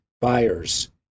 buyers